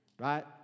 right